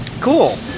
Cool